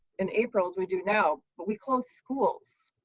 in april as we do now, but we closed schools.